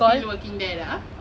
I'm still working there ah